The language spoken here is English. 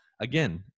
again